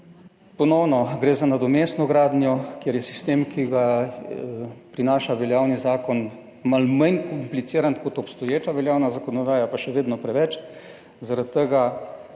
Ponovno gre za nadomestno gradnjo, kjer je sistem, ki ga prinaša veljavni zakon, malo manj kompliciran kot obstoječa veljavna zakonodaja, pa še vedno preveč.